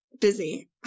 busy